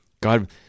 God